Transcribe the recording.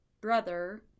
brother